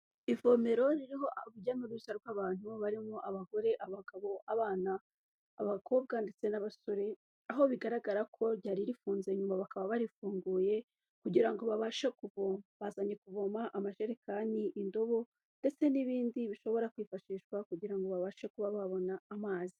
Ivomero ririho urujya n'uruza rw'abantu barimo abagore, abagabo, abana, abakobwa ndetse n'abasore aho bigaragara ko ryari rifunze nyuma bakaba barifunguye kugirango ngo babashe bazanya kuvoma amajererekani, indobo ndetse n'ibindi bishobora kwifashishwa kugira ngo babashe kuba babona amazi.